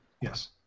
Yes